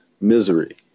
misery